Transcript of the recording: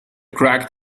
cracked